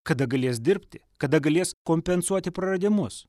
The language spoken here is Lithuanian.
kada galės dirbti kada galės kompensuoti praradimus